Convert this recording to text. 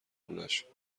خونشون